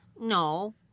No